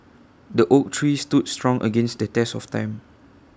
the oak tree stood strong against the test of time